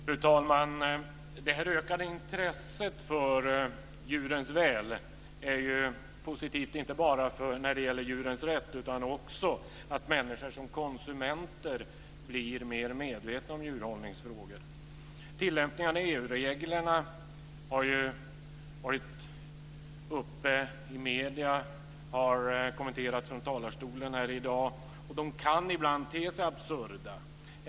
Fru talman! Det ökade intresset för djurens väl är positivt inte bara när det gäller djurens rätt. Det är också positivt att människor som konsumenter blir mer medvetna om djurhållningsfrågor. Tillämpningen av EU-reglerna har ju varit uppe i medierna och har kommenterats från talarstolen i dag. Den kan ibland te sig absurd.